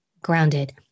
grounded